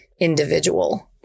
individual